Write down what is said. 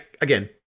again